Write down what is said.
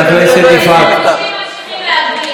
כך עשתה הנהגת הקרן הקיימת לישראל,